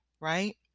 right